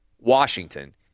Washington